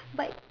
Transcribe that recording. but